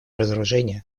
разоружения